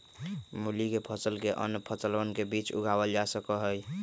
मूली के फसल के अन्य फसलवन के बीच भी उगावल जा सका हई